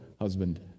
husband